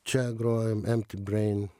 čia grojom empty brain